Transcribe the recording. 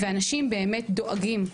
ואנשים באמת דואגים.